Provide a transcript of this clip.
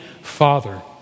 father